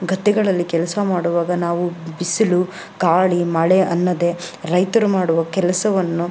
ಗದ್ದೆಗಳಲ್ಲಿ ಕೆಲಸ ಮಾಡುವಾಗ ನಾವು ಬಿಸಿಲು ಗಾಳಿ ಮಳೆ ಅನ್ನದೇ ರೈತರು ಮಾಡುವ ಕೆಲಸವನ್ನು